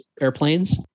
airplanes